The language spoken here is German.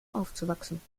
aufzuwachsen